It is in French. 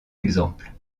exemples